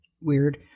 Weird